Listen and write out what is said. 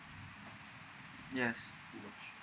yes